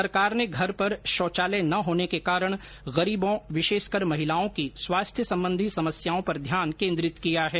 सरकार ने घर पर शौचालय न होने के कारण गरीबों विशेषकर महिलाओं की स्वास्थ्य संबंधी समस्याओं पर ध्यान केंद्रित किया है